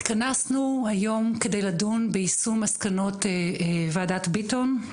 התכנסנו היום כדי לדון ביישום מסקנות וועדת ביטון,